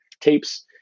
tapes